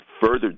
further